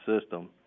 system